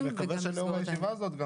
אני מקווה שלאור הישיבה הזאת גם